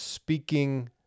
speaking